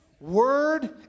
word